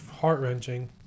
heart-wrenching